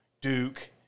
Duke